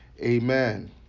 Amen